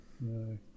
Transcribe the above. No